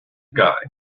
guy